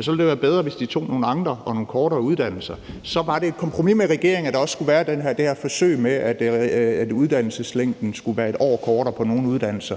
Så ville det være bedre, hvis de tog nogle andre og nogle kortere uddannelser. Så var det et kompromis med regeringen, at der også skulle være det her forsøg med, at uddannelseslængden skulle være 1 år kortere på nogle uddannelser.